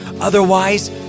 otherwise